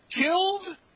killed